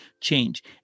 change